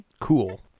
Cool